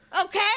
Okay